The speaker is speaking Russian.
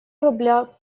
рубля